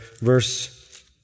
verse